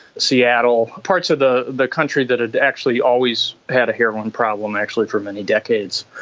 seattle, parts of the the country that had actually always had a heroin problem actually for many decades.